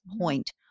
point